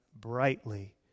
brightly